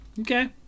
Okay